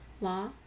law